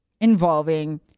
involving